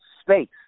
space